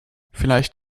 vielleicht